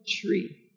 tree